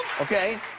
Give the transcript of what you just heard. Okay